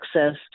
access